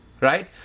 right